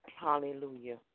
hallelujah